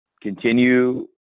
continue